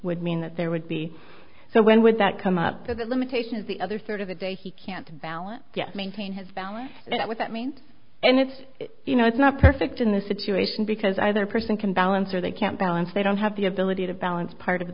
would mean that there would be so when would that come up to the limitation is the other third of the day he can't balance maintain his balance that with that means and it's you know it's not perfect in this situation because either person can balance or they can't balance they don't have the ability to balance part of